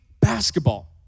basketball